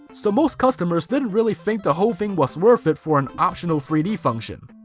so most customers didn't really think the whole thing was worth it for an optional three d function.